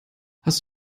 hast